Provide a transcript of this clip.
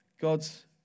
God's